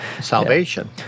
salvation